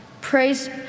Praise